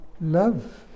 love